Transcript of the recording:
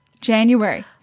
January